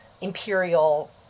imperial